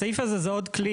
הסעיף הזה זה עוד כלי,